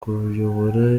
kuyobora